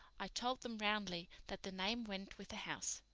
i told them roundly that the name went with the house.